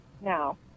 now